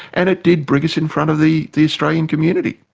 and it did bring us in front of the the australian community.